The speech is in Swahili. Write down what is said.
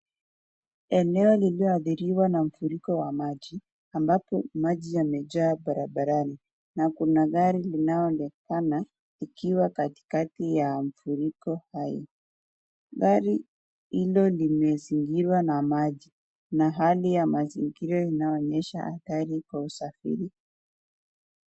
Eneo lililoadhiriwa na mafuriko wa maji, ambapo maji yamejaa barabarani, na kuna gari linaloonekana ikiwa katikati ya mafuriko haya. Gari hilo limezingirwa na maji na hali ya mazingira inaonyesha hatari kwa usafiri.